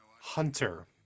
hunter